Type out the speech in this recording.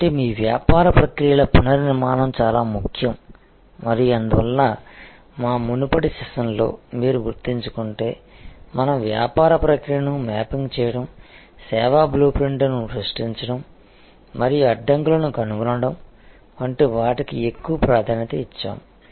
కాబట్టి మీ వ్యాపార ప్రక్రియల పునర్నిర్మాణం చాలా ముఖ్యం మరియు అందువల్ల మా మునుపటి సెషన్లలో మీరు గుర్తుంచుకుంటే మనం వ్యాపార ప్రక్రియను మ్యాపింగ్ చేయడం సేవా బ్లూ ప్రింట్ను సృష్టించడం మరియు అడ్డంకులను కనుగొనడం వంటి వాటికి ఎక్కువ ప్రాధాన్యతనిచ్చాము